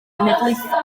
genedlaethol